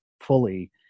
fully